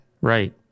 right